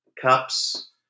Cups